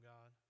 God